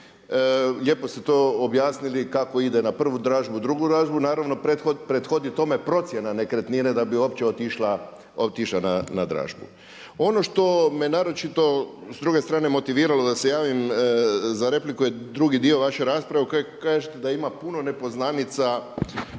Lijepo ste to objasnili kako ide na prvu dražbu, drugu dražbu. Naravno prethodi tome procjena nekretnine da bi uopće otišo na dražbu. Ono što me naročito s druge strane motiviralo da se javim za repliku je drugi dio vaše rasprave u kojoj kažete da ima puno nepoznanica